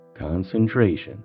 concentration